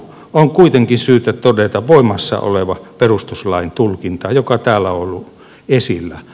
on kuitenkin syytä todeta voimassa oleva perustuslain tulkinta joka täällä on ollut esillä